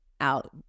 out